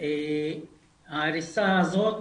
ההריסה הזאת,